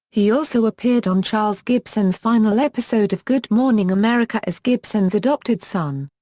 he also appeared on charles gibson's final episode of good morning america as gibson's adopted son.